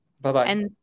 Bye-bye